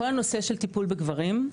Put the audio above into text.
כל הנושא של טיפול בגברים,